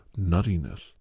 nuttiness